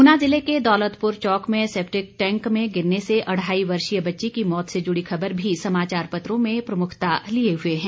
ऊना ज़िले के दौलतपुर चौक में सैप्टिक टैंक में गिरने से अढ़ाई वर्षीय बच्ची की मौत से जुड़ी खबर भी समाचार पत्रों में प्रमुखता लिए हुए हैं